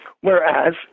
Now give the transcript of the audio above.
whereas